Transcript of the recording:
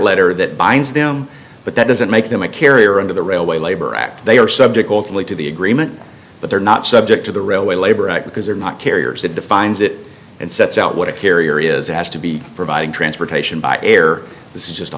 letter that binds them but that doesn't make them a carrier of the railway labor act they are subject to the agreement but they're not subject to the railway labor act because they're not carriers it defines it and sets out what a carrier is has to be providing transportation by air this is just a